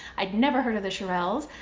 i'd never heard of the shirelles,